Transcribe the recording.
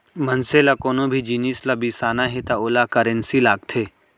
मनसे ल कोनो भी जिनिस ल बिसाना हे त ओला करेंसी लागथे